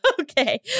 Okay